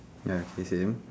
ya K same